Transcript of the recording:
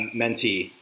mentee